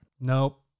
Nope